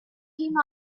him